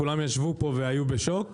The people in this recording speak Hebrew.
כולם ישבו פה והיו בשוק,